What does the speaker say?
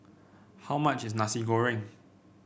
how much is Nasi Goreng